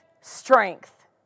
strength